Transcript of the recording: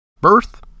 Birth